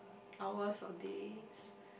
hours or days